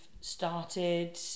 started